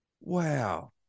Wow